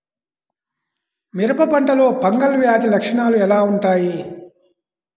మిరప పంటలో ఫంగల్ వ్యాధి లక్షణాలు ఎలా వుంటాయి?